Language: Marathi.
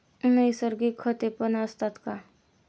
नैसर्गिक खतेपण असतात का?